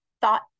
thought